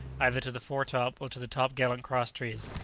either to the fore-top, or to the top-gallant cross-trees,